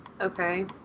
Okay